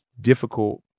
difficult